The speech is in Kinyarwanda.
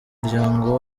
muryango